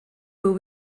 will